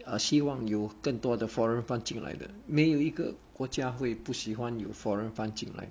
uh 希望有更多的 foreign fund 进来的没有一个国家会不喜欢有 foreign fund 进来